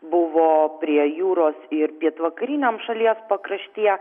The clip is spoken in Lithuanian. buvo prie jūros ir pietvakariniam šalies pakraštyje